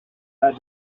had